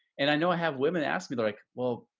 and i know i have women ask me, they're like, well,